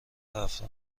افرا